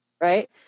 Right